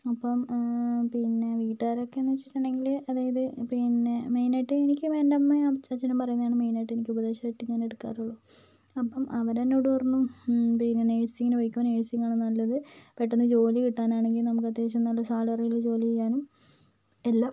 അപ്പം പിന്നെ വീട്ടുകാരൊക്കെ എന്ന് വെച്ചിട്ടുണ്ടെങ്കില് അതായത് പിന്നെ മെയിൻ ആയിട്ട് എനിക്ക് എൻ്റെ അമ്മയും അച്ചാച്ചനും പറയുന്നതാണ് മെയിൻ ആയിട്ടും ഞാൻ ഉപദേശമായി എടുക്കാറുള്ളു അപ്പം അവര് എന്നോട് പറഞ്ഞു പിന്നെ നഴ്സിംഗിന് പൊക്കോ നഴ്സിംഗ് ആണ് നല്ലത് പെട്ടെന്ന് ജോലി കിട്ടാൻ ആണെങ്കിൽ നമുക്ക് അത്യാവശ്യം നല്ല സാലറിയിൽ ജോലി ചെയ്യാനും എല്ലാം